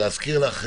להזכיר לך,